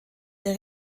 der